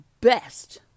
best